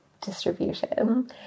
distribution